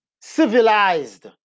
civilized